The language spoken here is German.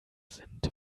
sind